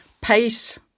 pace